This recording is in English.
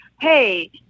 Hey